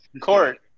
Court